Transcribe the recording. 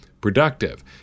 productive